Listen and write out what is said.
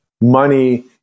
Money